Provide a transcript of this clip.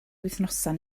wythnosau